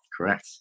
correct